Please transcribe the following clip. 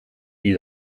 die